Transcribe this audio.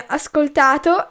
ascoltato